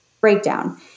breakdown